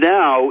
now